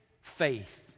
faith